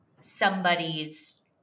somebody's